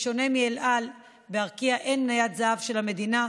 בשונה מאל על, בארקיע אין מניית זהב של המדינה.